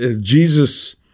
Jesus